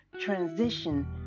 transition